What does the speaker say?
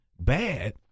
bad